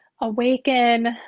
awaken